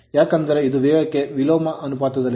ಏಕೆಂದರೆ ಇದು ವೇಗಕ್ಕೆ ವಿಲೋಮ ಅನುಪಾತದಲ್ಲಿದೆ